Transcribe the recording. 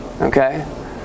Okay